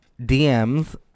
DMs